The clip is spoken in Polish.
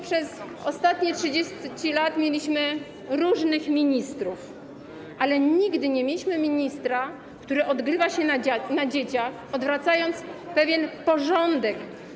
Przez ostatnie 30 lat mieliśmy różnych ministrów, ale nigdy nie mieliśmy ministra, który odgrywa się na dzieciach, odwracając pewien porządek.